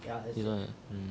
最重要 mm